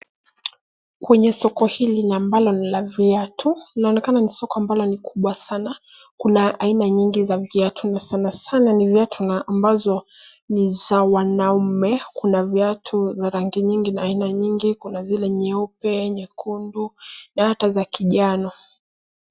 Kwenye soko hili ambalo ni la viatu kunaonekana ni soko kubwa sana. Kuna aina nyingi za viatu na sana sana ni viatu na ambazo ni za wanaume. Kuna viatu za rangi nyingi na aina nyingi. Kuna zile nyeupe ,nyekundu na hata za kijani.